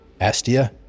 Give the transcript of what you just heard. Astia